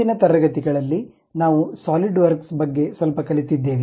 ಹಿಂದಿನ ತರಗತಿಗಳಲ್ಲಿ ನಾವು ಸಾಲಿಡ್ವರ್ಕ್ಸ್ ಬಗ್ಗೆ ಸ್ವಲ್ಪ ಕಲಿತಿದ್ದೇವೆ